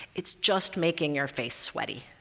it's just making your face sweaty.